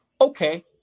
okay